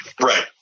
Right